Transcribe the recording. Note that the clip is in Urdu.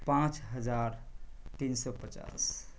پانچ ہزار تین سو پچاس